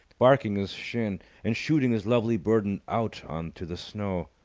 barking his shin and shooting his lovely burden out on to the snow.